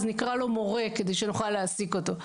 אז נקרא לו מורה כדי שנוכל להעסיק אותו,